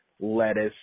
lettuce